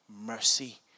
mercy